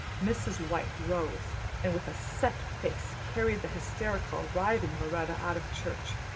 mrs. white rose and with a set face carried the hysterical, writhing lauretta out of church.